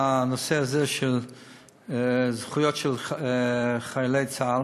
הנושא הזה של זכויות חיילי צה"ל.